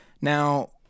Now